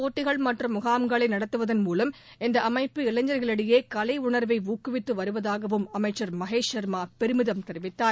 போட்டிகள் மற்றும் முகாம்களை நடத்துவதன் மூலம் இந்த அமைப்பு பல்வேறு இளைஞர்களிடையே கலை உணா்வை ஊக்குவித்து வருவதாகவும் அமைச்ச் மகேஷ் ஷர்மா பெருமிதம் தெரிவித்தார்